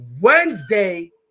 Wednesday